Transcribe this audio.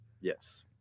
Yes